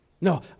No